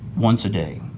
once a day.